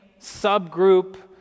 subgroup